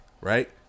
right